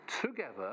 Together